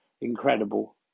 incredible